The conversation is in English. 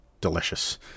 delicious